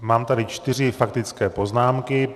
Mám tady čtyři faktické poznámky.